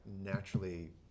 naturally